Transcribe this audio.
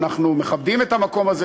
ואנחנו מכבדים את המקום הזה,